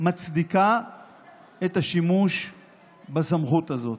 מצדיקה את השימוש בסמכות הזאת,